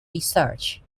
research